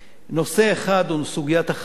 נושא אחד הוא סוגיית החניות.